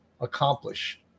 accomplish